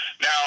Now